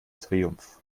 triumph